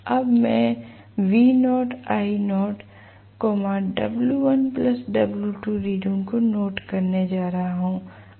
अब मैं V0 I0 W1 W2 reading को नोट करने जा रहा हूं